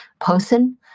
person